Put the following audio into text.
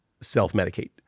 self-medicate